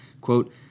Quote